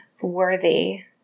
worthy